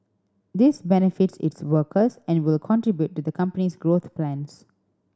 this benefits its workers and will contribute to the company's growth plans